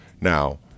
Now